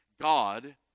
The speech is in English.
God